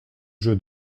jeu